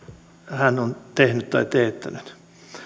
hän on tehnyt tai teettänyt sekin on minusta aika paljon luvattu